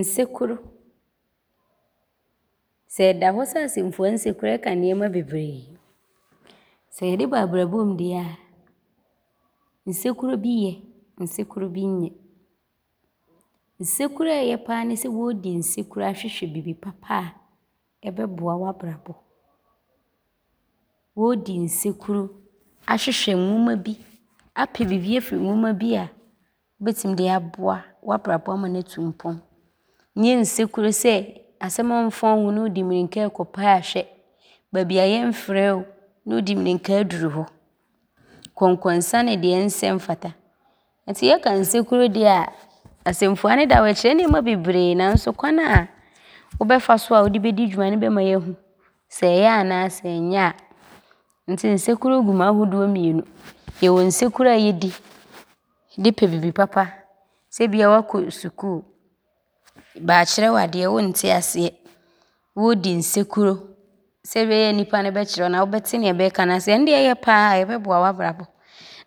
Nsekuro. Sɛ ɔda hɔ sɛ asɛmfua nsekuro a, ɔka nnoɔma bebree. Sɛ yɛde ba abrabɔ mu deɛ a, nsekuro bi yɛ. Nsekuro bi nyɛ. Nsekuro a ɔyɛ pa ara ne sɛ wɔɔdi nsekuro ahwehwɛ bibi papa a ɔbɛboa w’abrabɔ. Wɔɔdi nsekuro ahwehwɛ nwoma bi apɛ bibi afiri nwoma bi a wobɛtim de aboa w’abrabɔ ama ne atu mpɔn. Nyɛ nsekuro sɛ, asɛm a ɔmfa wo ho ne wodi mmirika ɔɔkɔpɛ aahwɛ. Baabi a bɛmfrɛɛ wo ne wodi mmieika aduru hɔ. Konkonsa ne deɛ ɔnsɛ mfata nti yɛka nsekuro deɛ a, asɛmfua ne da hɔ a, ɔkyerɛ nnoɔma bebree nso kwan a wobɛfa so a wode bɛdi dwuma ne bɛma yɛahu sɛ ɔyɛ anaa ɔnyɛ a. Nti nsekuro gum ahodoɔ mmienu. Yɛwɔ nsekuro a yɛdi de pɛ bibi papa sɛ ebia woakɔ sukuu, bɛaakyerɛ wo adeɛ, wonte aseɛ nti wɔɔdi nsekuro sɛ ɔbɛyɛ a nnipa no bɛkyerɛ wo anaa wobɛte deɛ bɛɛka no ase a, ɔndeɛ yɛ pa ara, ɔbɛboa w’abrabɔ